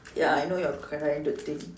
ya I know you're trying to think